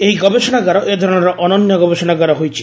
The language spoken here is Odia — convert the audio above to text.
ଏହି ଗବେଷଣାଗାର ଏ ଧରଣର ଅନନ୍ୟ ଗବେଷଣାଗାର ହୋଇଛି